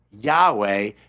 Yahweh